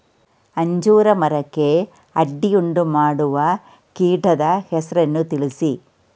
ಅಂಜೂರ ಮರಕ್ಕೆ ಅಡ್ಡಿಯುಂಟುಮಾಡುವ ಕೀಟದ ಹೆಸರನ್ನು ತಿಳಿಸಿ?